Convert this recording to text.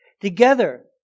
Together